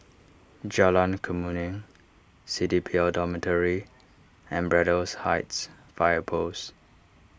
Jalan Kemuning C D P L Dormitory and Braddell Heights Fire Post